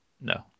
No